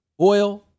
oil